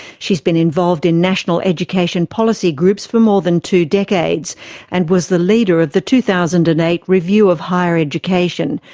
she has been involved in national education policy groups for more than two decades and was the leader of the two thousand and eight review of higher education,